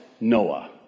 Noah